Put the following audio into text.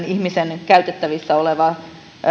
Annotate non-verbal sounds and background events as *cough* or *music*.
*unintelligible* ihmisen käytettävissä oleva